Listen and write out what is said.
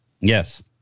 Yes